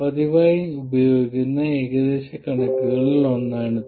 പതിവായി ഉപയോഗിക്കുന്ന ഏകദേശ കണക്കുകളിൽ ഒന്നാണിത്